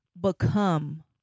become